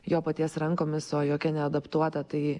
jo paties rankomis o jokia neadaptuota tai